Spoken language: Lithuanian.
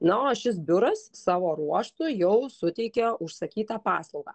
na o šis biuras savo ruožtu jau suteikia užsakytą paslaugą